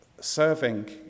serving